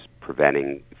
preventing